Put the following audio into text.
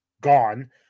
gone